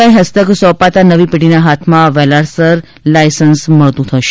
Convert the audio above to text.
I હસ્તક સૌપાતા નવી પેઢીના હાથમાં વહેલાસર લાયસન્સ મળતું થશે